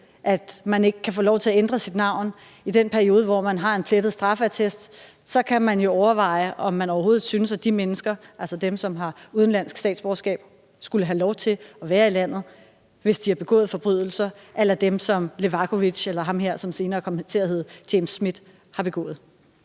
at man ikke kan få lov til at ændre sit navn i den periode, hvor man har en plettet straffeattest, kan jo overveje, om de overhovedet synes, at de mennesker, altså dem, som har udenlandsk statsborgerskab, skulle have lov til at være i landet, hvis de har begået forbrydelser a la dem, som Levakovic eller ham her, som senere kom til at hedde James Schmidt, har begået.